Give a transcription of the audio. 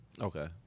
Okay